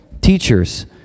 teachers